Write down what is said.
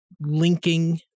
linking